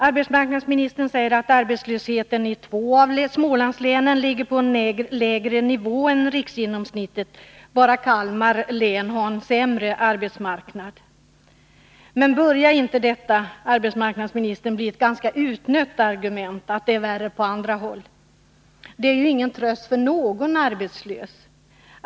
Arbetsmarknadsministern säger att arbetslösheten i två av Smålandslänen ligger på en lägre nivå än riksgenomsnittet — bara Kalmar län har en sämre arbetsmarknad. Börjar inte, arbetsmarknadsministern, argumentet att detär Nr 80 värre på andra håll bli ett ganska utnött argument? Det är ingen tröst för någon arbetslös.